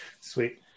Sweet